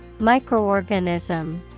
Microorganism